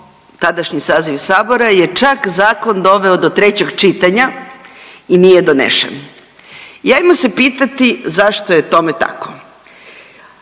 tadašnji saziv Sabora je čak zakon doveo do trećeg čitanja i nije donesen. I hajmo se pitati zašto je tome tako?